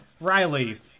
Riley